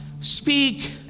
Speak